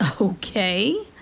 Okay